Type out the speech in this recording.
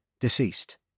deceased